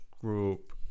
group